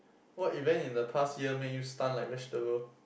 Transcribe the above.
what event in the past year made you stunned like vegetable